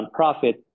nonprofit